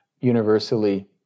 universally